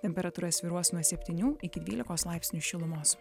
temperatūra svyruos nuo septynių iki dvylikos laipsnių šilumos